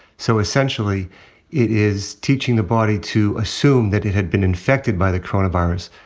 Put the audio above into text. so essentially it is teaching the body to assume that it had been infected by the coronavirus,